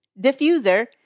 diffuser